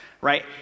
right